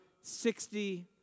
sixty